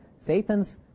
Satan's